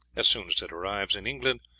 as soon as it arrives in england,